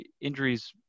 injuries